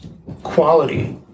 Quality